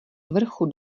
vrchu